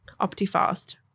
optifast